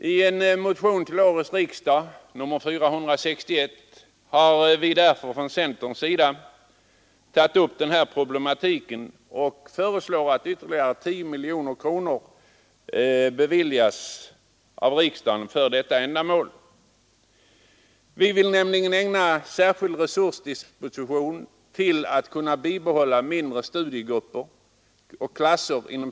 I en motion till årets riksdag, nr 461, har vi därför tagit upp den här problematiken och föreslagit att ytterligare 10 miljoner kronor beviljas för ändamålet. Vi vill nämligen disponera särskilda resurser för att bibehålla mindre studiegrupper och klasser.